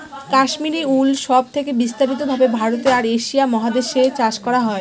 Kashmiri wool সব থেকে বিস্তারিত ভাবে ভারতে আর এশিয়া মহাদেশে চাষ করা হয়